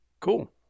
Cool